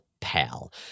pal